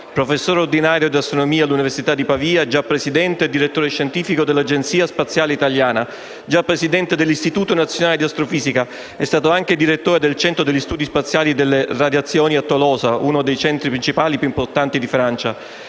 professore ordinario di astronomia all'Università di Pavia, già presidente e direttore scientifico dell'Agenzia Spaziale Italiana, già presidente dell'Istituto nazionale di astrofisica (INAF), è stato anche direttore del Centre d'Étude Spatiale des Rayonnements a Tolosa, uno dei centri spaziali più importanti di Francia,